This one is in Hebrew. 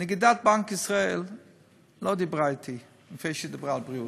נגידת בנק ישראל לא דיברה אתי לפני שהיא דיברה על בריאות.